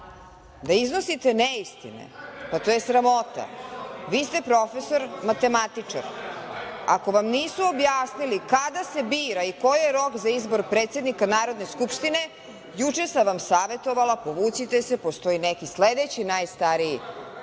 da iznosite neistine, pa to je sramota. Vi ste profesor matematičar ako vam nisu objasnili kada se bira i koji je rok za izbor predsednika Narodne skupštine juče sam vam savetovala povucite se, postoji neki sledeći najstariji